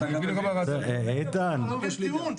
אני לא מצליח להבין את הטיעון.